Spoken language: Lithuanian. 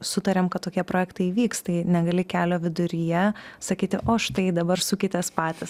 sutarėm kad tokie projektai vyks tai negali kelio viduryje sakyti o štai dabar sukitės patys